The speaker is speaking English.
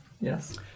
Yes